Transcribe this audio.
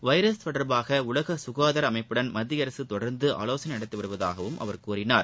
virus தொடர்பாக உலக சுகாதார அமைப்புடன் மத்திய அரசு தொடர்ந்து ஆலோசனை நடத்தி வருவதாகவும் அவர் கூறினார்